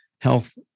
health